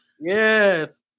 Yes